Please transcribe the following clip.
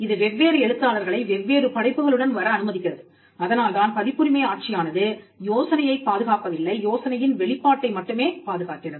இது வெவ்வேறு எழுத்தாளர்களை வெவ்வேறு படைப்புகளுடன் வர அனுமதிக்கிறது அதனால் தான் பதிப்புரிமை ஆட்சியானது யோசனையைப் பாதுகாப்பதில்லை யோசனையின் வெளிப்பாட்டை மட்டுமே பாதுகாக்கிறது